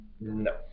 No